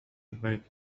البيت